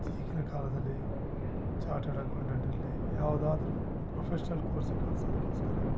ಈಗಿನ ಕಾಲದಲ್ಲಿ ಚಾರ್ಟೆಡ್ ಅಕೌಂಟೆಂಟಿರಲಿ ಯಾವುದಾದ್ರು ಪ್ರೊಫೆಶನಲ್ ಕೋರ್ಸಿಗೆ ಕಳಿಸೋದಕೋಸ್ಕರ